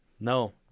No